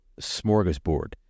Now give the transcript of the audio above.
smorgasbord